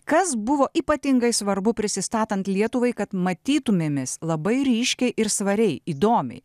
kas buvo ypatingai svarbu prisistatant lietuvai kad matytumėmės labai ryškiai ir svariai įdomiai